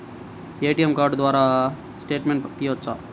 ATM card ద్వారా statement తీయవచ్చా?